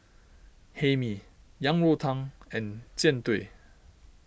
Hae Mee Yang Rou Tang and Jian Dui